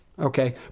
Okay